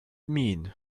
mean